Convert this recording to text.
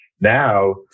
Now